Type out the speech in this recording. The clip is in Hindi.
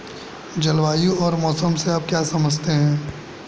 जलवायु और मौसम से आप क्या समझते हैं?